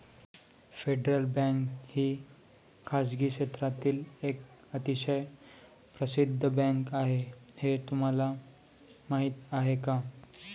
Federal Bank ही खासगी क्षेत्रातील एक अतिशय प्रसिद्ध बँक आहे हे तुम्हाला माहीत आहे का?